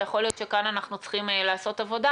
ויכול להיות שכאן אנחנו צריכים לעשות עבודה.